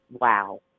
Wow